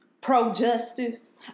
pro-justice